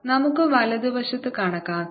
നമുക്ക് വലതുവശത്ത് കണക്കാക്കാം